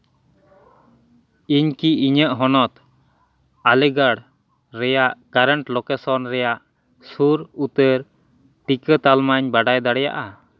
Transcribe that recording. ᱤᱧ ᱠᱤ ᱤᱧᱟᱹᱜ ᱦᱚᱱᱚᱛ ᱟᱹᱞᱤᱜᱚᱲ ᱨᱮᱭᱟᱜ ᱠᱟᱨᱮᱱᱴ ᱞᱳᱠᱮᱥᱚᱱ ᱨᱮᱭᱟᱜ ᱥᱩᱨ ᱩᱛᱟᱹᱨ ᱴᱤᱠᱟᱹ ᱛᱟᱞᱢᱟᱧ ᱵᱟᱰᱟᱭ ᱫᱟᱲᱮᱭᱟᱜᱼᱟ